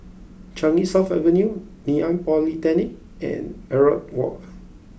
Changi South Avenue Ngee Ann Polytechnic and Elliot Walk